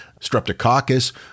Streptococcus